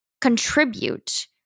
contribute